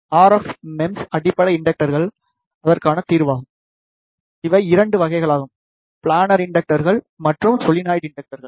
RF MEMS அடிப்படை இண்டக்டர்கள் அதற்கான தீர்வாகும் இவை 2 வகைகளாகும் பிளானர் இண்டக்டர்கள் மற்றும் சோலினாய்டு இண்டக்டர்கள்